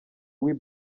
w’i